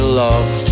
love